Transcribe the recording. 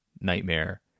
nightmare